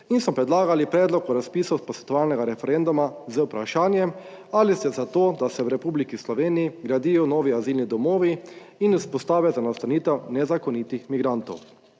in smo predlagali predlog o razpisu posvetovalnega referenduma z vprašanjem: Ali ste za to, da se v Republiki Sloveniji gradijo novi azilni domovi in vzpostavi za nastanitev nezakonitih migrantov?